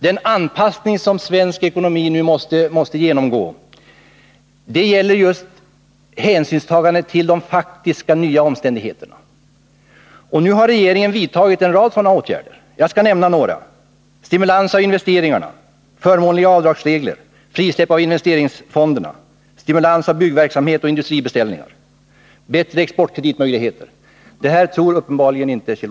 Den anpassning som svensk ekonomi nu måste genomgå gäller just hänsynstagandet till de faktiska nya omständigheterna. Regeringen har vidtagit en rad sådana åtgärder. Jag skall nämna några: stimulans av investeringarna, förmånliga avdragsregler, frisläpp av investeringsfonderna, stimulans av byggverksamhet och industribeställningar, bättre exportkreditmöjligheter. Det här tror Kjell-Olof Feldt uppenbarligen inte på.